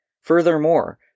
Furthermore